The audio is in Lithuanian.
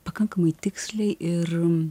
pakankamai tiksliai ir